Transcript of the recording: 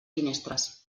finestres